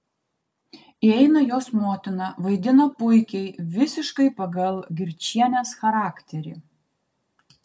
įeina jos motina vaidina puikiai visiškai pagal girčienės charakterį